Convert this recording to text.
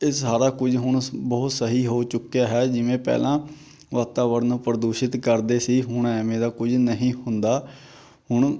ਇਹ ਸਾਰਾ ਕੁਝ ਹੁਣ ਬਹੁਤ ਸਹੀ ਹੋ ਚੁੱਕਿਆ ਹੈ ਜਿਵੇਂ ਪਹਿਲਾਂ ਵਾਤਾਵਰਨ ਪ੍ਰਦੂਸ਼ਿਤ ਕਰਦੇ ਸੀ ਹੁਣ ਐਵੇਂ ਦਾ ਕੁਝ ਨਹੀਂ ਹੁੰਦਾ ਹੁਣ